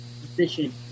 position